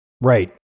Right